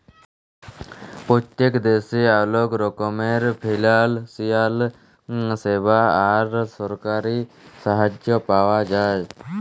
পত্তেক দ্যাশে অলেক রকমের ফিলালসিয়াল স্যাবা আর সরকারি সাহায্য পাওয়া যায়